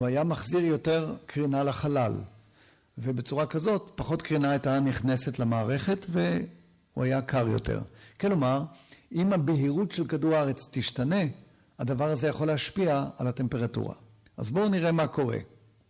‫הוא היה מחזיר יותר קרינה לחלל, ‫ובצורה כזאת פחות קרינה ‫הייתה נכנסת למערכת ‫והוא היה קר יותר. ‫כלומר, אם הבהירות של כדור הארץ ‫תשתנה, ‫הדבר הזה יכול להשפיע ‫על הטמפרטורה. ‫אז בואו נראה מה קורה.